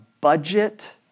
budget